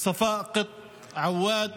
ספאא קט עוואד